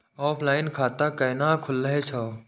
Offline खाता कैना खुलै छै?